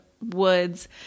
Woods